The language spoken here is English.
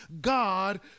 God